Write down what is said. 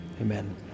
Amen